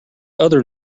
other